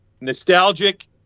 nostalgic